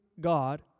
God